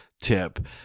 tip